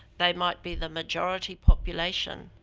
they might be the majority population,